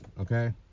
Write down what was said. okay